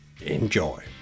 Enjoy